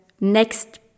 Next